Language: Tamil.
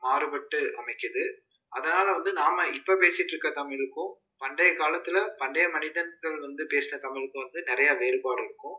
மாறுபட்டு அமைக்குது அதனால் வந்து நாம் இப்போ பேசிட்டிருக்க தமிழுக்கும் பண்டைய காலத்தில் பண்டைய மனிதர்கள் வந்து பேசின தமிழுக்கும் வந்து நிறையா வேறுபாடு இருக்கும்